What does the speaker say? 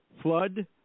flood